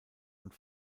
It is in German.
und